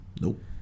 nope